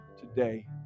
today